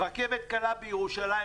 רכבת קלה בירושלים,